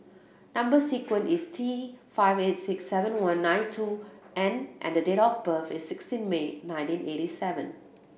number sequence is T five eight six seven one nine two N and date of birth is sixteen May nineteen eighty seven